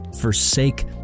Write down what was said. forsake